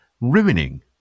ruining